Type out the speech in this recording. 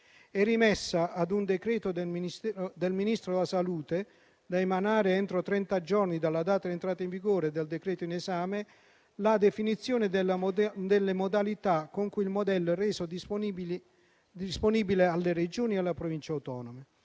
È rimessa ad un decreto del Ministro della salute, da emanare entro trenta giorni dalla data di entrata in vigore del decreto in esame, la definizione delle modalità con cui il modello è reso disponibile alle Regioni e alle Province autonome.